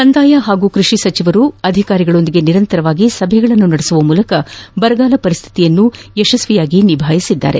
ಕಂದಾಯ ಹಾಗೂ ಕೃಷಿ ಸಚಿವರು ಅಧಿಕಾರಿಗಳೊಂದಿಗೆ ನಿರಂತರವಾಗಿ ಸಭೆ ನಡೆಸುವ ಮೂಲಕ ಬರಗಾಲ ಪರಿಸ್ಟಿತಿಯನ್ನು ಯಶಸ್ವಿಯಾಗಿ ನಿಭಾಯಿಸಿದ್ದಾರೆ